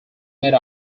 made